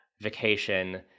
vacation